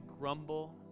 grumble